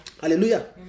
Hallelujah